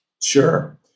Sure